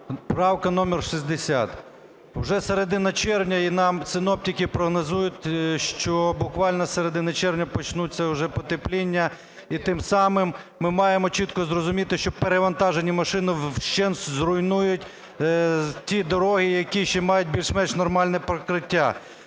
Правка номер 60. Вже з середина червня і нам синоптики прогнозують, що буквально з середини червня почнеться потепління, вже потепління. І тим самим ми маємо чітко зрозуміти, що перевантажені машини вщент зруйнують ті дороги, які ще мають більш-менш нормальне покриття.